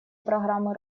программы